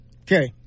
Okay